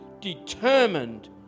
determined